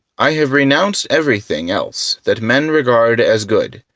i have renounced everything else that men regard as good,